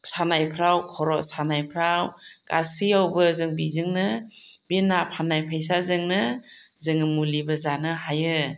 सानायफोराव खर' सानायफोराव गासैआवबो जों बेजोंनो बे ना फाननाय फैसाजोंनो जोङो मुलिबो जानो हायो